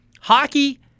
Hockey